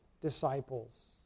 disciples